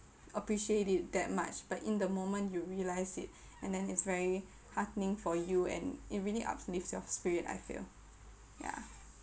appreciate it that much but in the moment you realise it and then it's very heartening for you and it really uplifts your spirit I feel ya